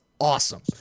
awesome